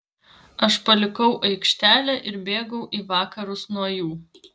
aš palikau aikštelę ir bėgau į vakarus nuo jų